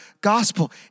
gospel